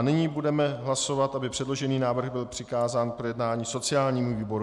Nyní budeme hlasovat, aby předložený návrh byl přikázán k projednání sociálnímu výboru.